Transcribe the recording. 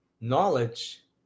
Knowledge